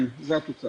כן, זו התוצאה.